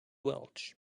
welch